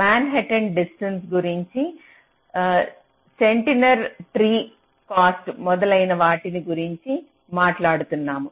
Manhattan distance గురించి Steiner tree cost మొదలైన వాటి గురించి మాట్లాడుతున్నాము